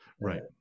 Right